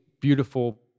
beautiful